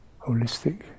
holistic